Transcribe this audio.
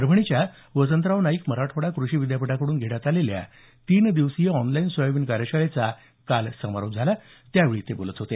परभणीच्या वसंतराव नाईक मराठवाडा कृषि विद्यापीठाकडून घेण्यात आलेल्या तीन दिवसीय ऑनलाईन सोयाबीन कार्यशाळेचा काल समारोप झाला त्यावेळी ते बोलत होते